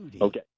Okay